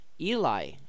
Eli